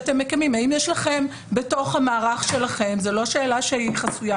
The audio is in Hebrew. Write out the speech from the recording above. האם יש לכם בתוך המערך שלכם זו לא שאלה חסויה,